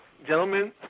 Gentlemen